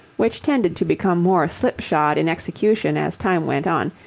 which tended to become more slip-shod in execution as time went on,